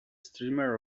streamer